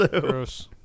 Gross